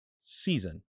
season